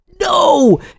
no